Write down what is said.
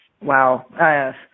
wow